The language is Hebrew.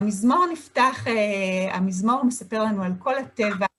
המזמור נפתח, המזמור מספר לנו על כל הטבע.